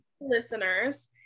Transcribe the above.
listeners